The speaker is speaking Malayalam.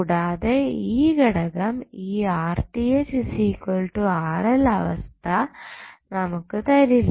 കൂടാതെ ഈ ഘടകം ഈ അവസ്ഥ നമുക്ക് തരില്ല